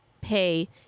pay